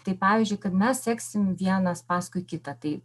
tai pavyzdžiui kad mes seksim vienas paskui kitą tai